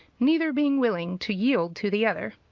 neither being willing to yield to the other.